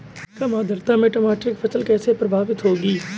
कम आर्द्रता में टमाटर की फसल कैसे प्रभावित होगी?